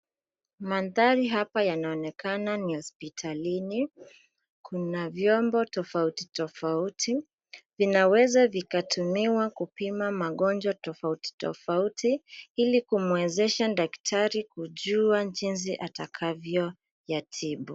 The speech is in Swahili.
Mandhari hapa yanaonekana ni hospitalini, kuna vyombo tofauti tofauti, vinaweza vikatumiwa kupima magonjwa tofauti tofauti, ili kumwezesha daktari kujua jinsi atakavyo yatibu.